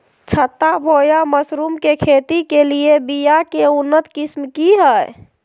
छत्ता बोया मशरूम के खेती के लिए बिया के उन्नत किस्म की हैं?